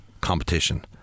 competition